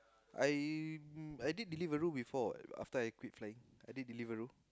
I uh I did delivery before after I quit like I did delivery